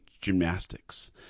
gymnastics